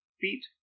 feet